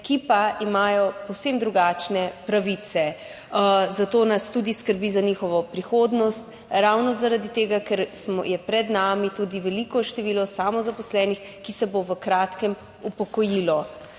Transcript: ki pa imajo povsem drugačne pravice. Zato nas tudi skrbi za njihovo prihodnost, ravno zaradi tega, ker je pred nami tudi veliko število samozaposlenih, ki se bodo v kratkem upokojili.